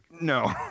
No